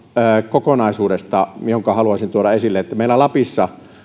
kokonaisuudesta haluaisin tuoda esille että meillä lapissa